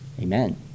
amen